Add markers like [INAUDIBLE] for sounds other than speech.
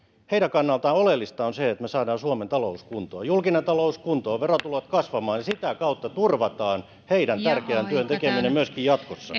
kannalta oleellista on että me saamme suomen talouden kuntoon julkinen talous kuntoon verotulot kasvamaan ja sitä kautta turvataan heidän tärkeän työnsä tekeminen myöskin jatkossa [UNINTELLIGIBLE]